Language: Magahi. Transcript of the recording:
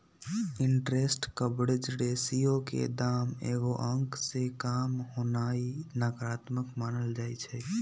इंटरेस्ट कवरेज रेशियो के दाम एगो अंक से काम होनाइ नकारात्मक मानल जाइ छइ